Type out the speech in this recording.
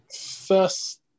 first